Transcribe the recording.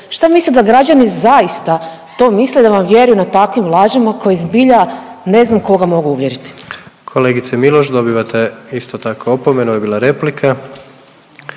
Šta mislite da građani zaista to misle da vam vjeruje na takvim lažima koji zbilja ne znam koga mogu uvjeriti? **Jandroković, Gordan (HDZ)** Kolegice Miloš dobivate isto tako opomenu ovo je bila replika.